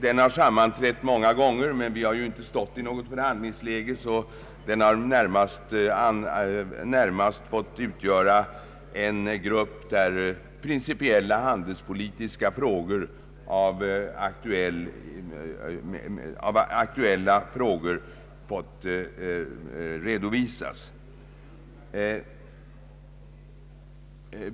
Den har sammanträtt många gånger, men eftersom vi ju inte har stått i något förhandlingsläge har den närmast fått utgöra en grupp där aktuella principiella handelspolitiska frågor redovisats.